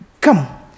come